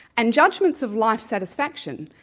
and judgments of life satisfaction,